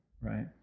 right